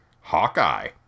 Hawkeye